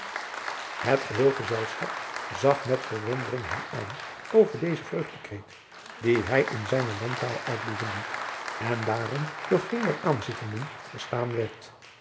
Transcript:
het geheel gezelschap zag met verwondering hem aan over dezen vreugdekreet dien hij in zijne landtaal uitboezemde en daarom door geen der aanzittenden verstaan